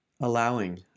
allowing